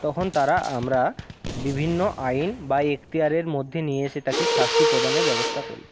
তখন তারা আমরা বিভিন্ন আইন বা এক্তিয়ারের মধ্যে নিয়ে এসে তাকে শাস্তি প্রদানের ব্যবস্থা করি